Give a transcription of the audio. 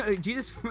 Jesus